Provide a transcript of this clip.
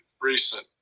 recent